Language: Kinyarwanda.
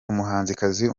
umuhanzi